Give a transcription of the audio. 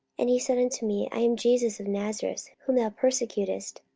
and he said unto me, i am jesus of nazareth, whom thou persecutest.